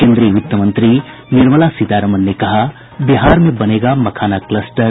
केंद्रीय वित्त मंत्री निर्मला सीतारमन ने कहा बिहार में बनेगा मखाना कलस्टर